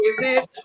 business